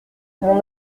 mon